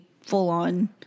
full-on